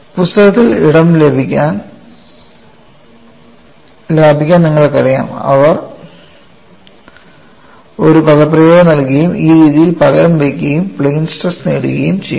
പുസ്തകങ്ങളിൽ ഇടം ലാഭിക്കാൻ നിങ്ങൾക്കറിയാം അവർ ഒരു പദപ്രയോഗം നൽകുകയും ഈ രീതിയിൽ പകരം വയ്ക്കുകയും പ്ലെയിൻ സ്ട്രെസ്സ് നേടുകയും ചെയ്യാം